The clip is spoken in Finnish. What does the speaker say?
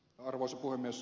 arvoisa puhemies